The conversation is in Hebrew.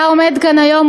היה עומד כאן היום,